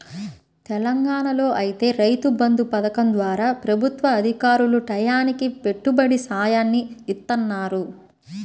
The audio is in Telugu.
తెలంగాణాలో ఐతే రైతు బంధు పథకం ద్వారా ప్రభుత్వ అధికారులు టైయ్యానికి పెట్టుబడి సాయాన్ని ఇత్తన్నారు